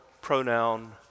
pronoun